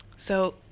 so,